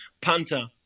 Panther